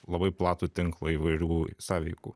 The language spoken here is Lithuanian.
labai platų tinklą įvairių sąveikų